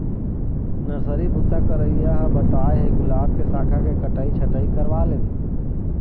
nursery बूता करइया ह बताय हे गुलाब के साखा के कटई छटई करवा लेबे